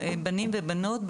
בנים ובנות,